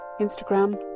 instagram